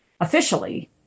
officially